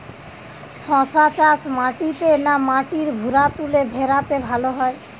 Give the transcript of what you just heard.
শশা চাষ মাটিতে না মাটির ভুরাতুলে ভেরাতে ভালো হয়?